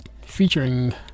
featuring